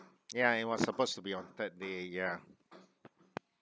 ya it was supposed to be on third day ya